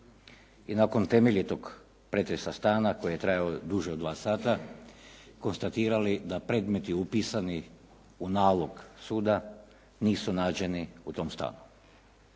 i nakon temeljitog pretresa stana koji je trajao duže od dva sata konstatirali da predmeti upisani u nalog suda nisu nađeni u tom stanu.